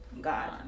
God